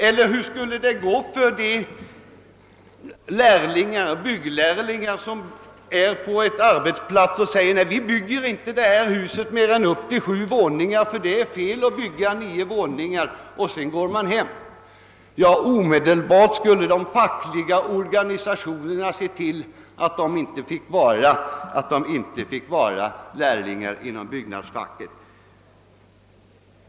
Eller hur skulle det gå för de byggnadslärlingar som sade: Vi bygger inte detta hus mer än upp till sju våningar, för det är fel att bygga nio våningar. De fackliga organisationerna skulle omedelbart se till att de inte längre fick vara lärlingar inom byggnadsfacket.